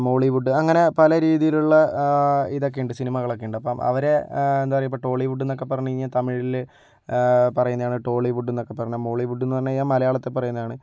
Mollywood അങ്ങനെ പലരീതിയിലുള്ള ഇതൊക്കെയുണ്ട് സിനിമകളൊക്കെയുണ്ട് അപ്പോൾ അവരെ എന്താ പറയുക ഇപ്പോൾ ടോളിവുഡ് എന്നൊക്കെ പറഞ്ഞു കഴിഞ്ഞാൽ തമിഴിൽ പറയുന്നതാണ് ടോളിവുഡ് എന്നൊക്കെ പറഞ്ഞാൽ മോളിവുഡ് എന്ന് പറഞ്ഞു കഴിഞ്ഞാൽ മലയാളത്തെ പറയുന്നതാണ്